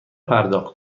پرداخت